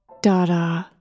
Dada